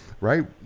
right